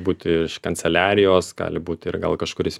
būti iš kanceliarijos gali būt ir gal kažkuris